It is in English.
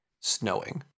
snowing